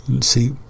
see